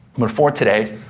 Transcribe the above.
but for today,